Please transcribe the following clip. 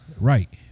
Right